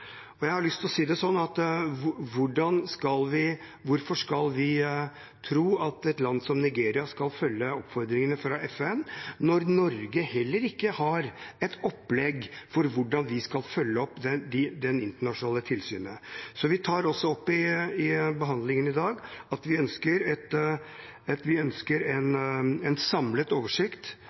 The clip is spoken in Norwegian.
sånn: Hvorfor skal vi tro at et land som Nigeria skal følge oppfordringene fra FN når Norge heller ikke har et opplegg for hvordan vi skal følge opp det internasjonale tilsynet? Vi tar også opp i behandlingen i dag at vi ønsker en samlet oversikt over de råd, anbefalinger og observasjoner som internasjonale tilsynsorganer har kommet med overfor Norge, og vi ønsker et koordinert opplegg fra regjeringen. Innledningsvis vil jeg si en